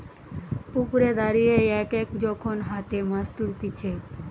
পুকুরে দাঁড়িয়ে এক এক যখন হাতে মাছ তুলতিছে